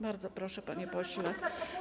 Bardzo proszę, panie pośle.